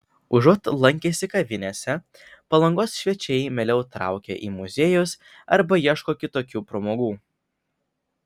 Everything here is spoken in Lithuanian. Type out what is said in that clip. užuot lankęsi kavinėse palangos svečiai mieliau traukia į muziejus arba ieško kitokių pramogų